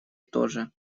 тоже